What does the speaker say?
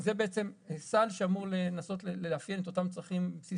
זה סל שאמור לנסות לאפיין את אותם צרכים בסיסיים.